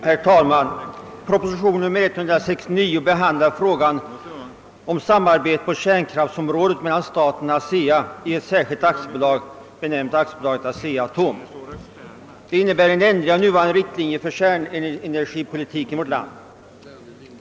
Herr talman! Proposition nr 169 behandlar frågan om samarbete på kärnkraftsområdet mellan staten och ASEA i ett särskilt aktiebolag, benämnt Aktiebolaget ASEA-ATOM, och innebär en ändring av nuvarande riktlinjer för kärnenergipolitiken i vårt land.